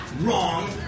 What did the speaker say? Wrong